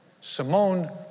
Simone